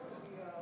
עד איפה תגיע,